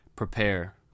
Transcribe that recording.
Prepare